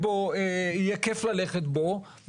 יהיה כיף ללכת בו,